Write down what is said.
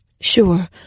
Sure